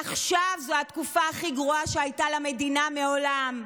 עכשיו זו התקופה הכי גרועה שהייתה למדינה מעולם.